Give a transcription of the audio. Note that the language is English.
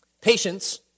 Patience